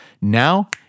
Now